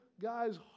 guy's